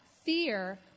fear